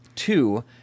Two